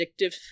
addictive